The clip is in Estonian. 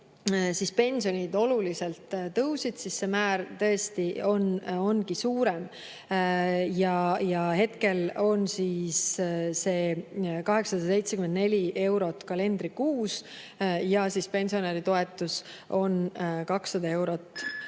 pensionid oluliselt tõusid, siis see määr tõesti ongi suurem, hetkel on see 874 eurot kalendrikuus ja pensionäritoetus on 200 eurot